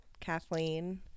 Kathleen